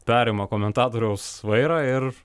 perima komentatoriaus vairą ir